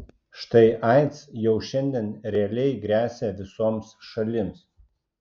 štai aids jau šiandien realiai gresia visoms šalims